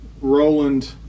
Roland